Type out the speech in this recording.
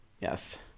Yes